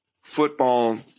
football